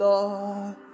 Lord